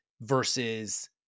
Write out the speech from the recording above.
Versus